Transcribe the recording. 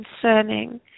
concerning